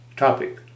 Topic